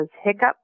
hiccups